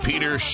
Peter